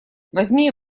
возьми